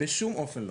בשום אופן לא.